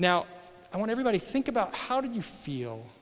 now i want everybody to think about how did you feel